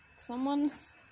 Someone's